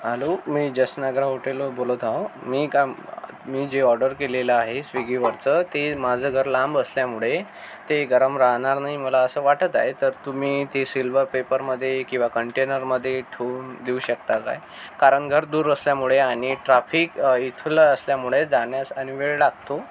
hello मी जसनगर हॉटेलव बोलत आहे मी काम मी जे ऑर्डर केलेलं आहे स्विगीवरचं ते माझं घर लांब असल्यामुळे ते गरम राहणार नाही मला असं वाटत आहे तर तुम्ही ते सिल्वर पेपरमध्ये किंवा कंटेनरमध्ये ठेऊन देऊ शकता काय कारण घर दूर असल्यामुळे आणि ट्राफिक इथलं असल्यामुळे जाण्यास आणि वेळ लागतो